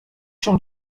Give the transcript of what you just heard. się